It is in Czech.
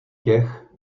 těch